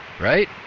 right